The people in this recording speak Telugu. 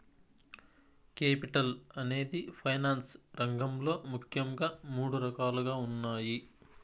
కేపిటల్ అనేది ఫైనాన్స్ రంగంలో ముఖ్యంగా మూడు రకాలుగా ఉన్నాయి